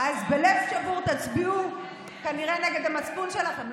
אז בלב שבור תצביעו כנראה נגד המצפון שלכם.